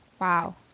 Wow